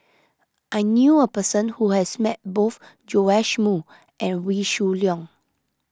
I knew a person who has met both Joash Moo and Wee Shoo Leong